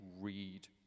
read